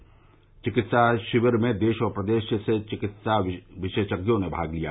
विकित्सा शिविर में देश और प्रदेश से विकित्सा विशेषज्ञों ने भाग लिया